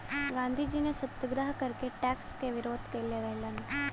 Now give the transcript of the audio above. गांधीजी ने सत्याग्रह करके टैक्स क विरोध कइले रहलन